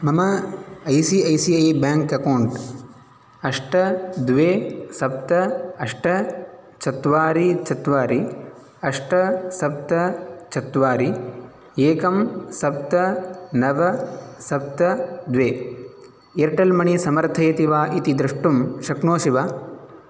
मम I C I C I bank account अष्ट द्वे सप्त अष्ट चत्वारि चत्वारि अष्ट सप्त चत्वारि एकं सप्त नव सप्त द्वे एर्टेल् मनी समर्थयति वा इति द्रष्टुं शक्नोषि वा